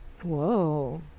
Whoa